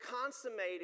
consummated